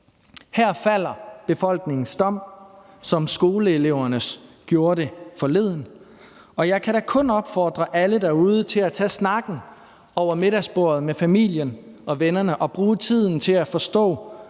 Her falder befolkningens dom, som skoleelevernes gjorde det forleden, og jeg kan da kun opfordre alle derude til at tage snakken over middagsbordet med familien og vennerne og bruge tiden til at forstå,